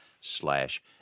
slash